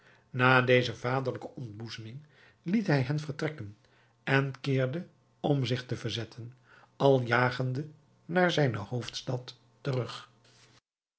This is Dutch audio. na deze vaderlijke ontboezeming liet hij hen vertrekken en keerde om zich te verzetten al jagende naar zijne hoofdstad terug